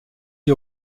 s’y